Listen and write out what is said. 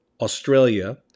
Australia